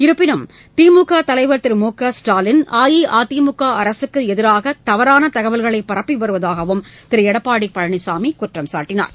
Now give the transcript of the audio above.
இருப்பினும் திமுக தலைவர் திரு மு க ஸ்டாலின் அஇஅதிமுக அரசுக்கு எதிராக தவறான தகவல்களை பரப்பி வருவதாகவும் திரு எடப்பாடி பழனிசாமி குற்றம்சாட்டினார்